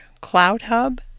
CloudHub